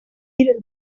ieder